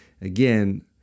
again